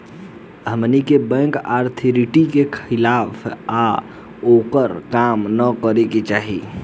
हमनी के bank authority के खिलाफ या ओभर काम न करे के चाही